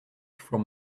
from